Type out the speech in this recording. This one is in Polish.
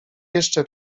jeszcze